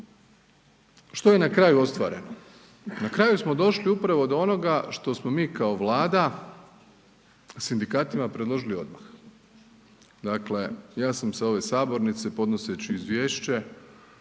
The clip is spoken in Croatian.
Što je na kraju ostvareno? Na kraju smo došli upravo do onoga što smo mi kao Vlada sindikatima predložili odmah, dakle ja sam sa ove sabornice podnoseći Izvješće